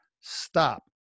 Stop